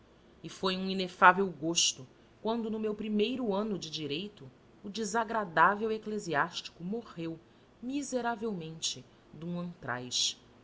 e foi um inefável gosto quando no meu primeiro ano de direito o desagradável eclesiástico morreu miseravelmente de